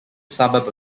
suburb